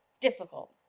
difficult